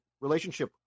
relationship